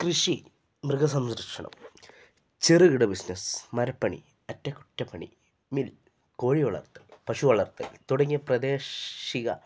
കൃഷി മൃഗസംരക്ഷണം ചെറുകിട ബിസിനസ്സ് മരപ്പണി അറ്റക്കുറ്റപ്പണി മിൽ കോഴി വളർത്തൽ പശു വളർത്തൽ തുടങ്ങിയ പ്രാദേശിക